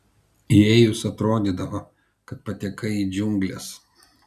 įėjus atrodydavo kad patekai į džiungles